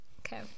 okay